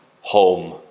home